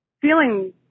feeling